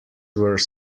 were